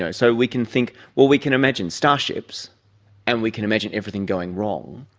ah so we can think, well, we can imagine starships and we can imagine everything going wrong,